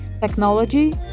technology